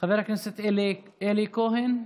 חבר הכנסת אלי כהן,